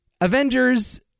Avengers